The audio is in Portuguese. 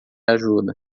ajuda